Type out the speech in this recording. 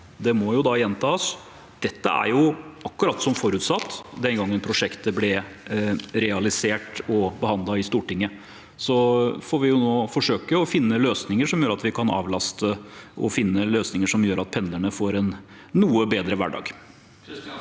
det må da gjentas at dette er akkurat som forutsatt den gangen prosjektet ble realisert og behandlet i Stortinget. Nå får vi forsøke å finne løsninger som kan avlaste, og finne løsninger som gjør at pendlerne får en noe bedre hverdag.